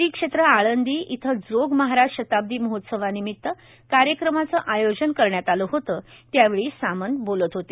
श्री क्षेत्र आळंदी इथं जोग महाराज शताब्दी महोत्सवनिमित कार्यक्रमाचे आयोजन करण्यात आले होते त्यावेळी सामंत बोलत होते